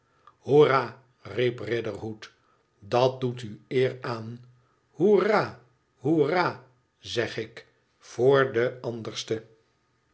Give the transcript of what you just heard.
hoerraaa riep riderhood dat doet u eer aan hoerraa hoerraaa zeg ik voor den